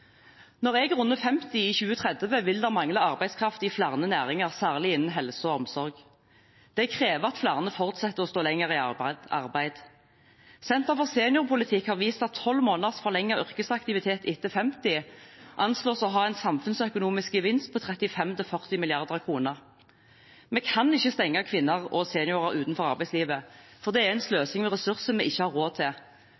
Når jeg runder 50 år i 2030, vil det mangle arbeidskraft i flere næringer, særlig innen helse og omsorg. Det krever at flere fortsetter å stå lenger i arbeid. Senter for seniorpolitikk har vist at tolv måneders forlenget yrkesaktivitet etter fylte 50 år anslås å ha en samfunnsøkonomisk gevinst på 35–40 mrd. kr. Vi kan ikke stenge kvinner og seniorer utenfor arbeidslivet, for det er en